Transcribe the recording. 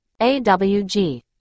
AWG